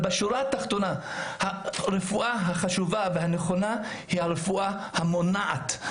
בשורה התחתונה הרפואה החשובה והנכונה היא הרפואה המונעת,